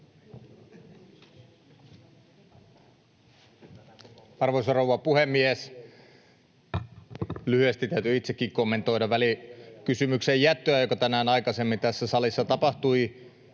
Arvoisa rouva puhemies! Lyhyesti täytyy itsekin kommentoida välikysymyksen jättöä, joka tänään aikaisemmin tässä salissa tapahtui.